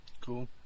Cool